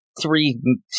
Three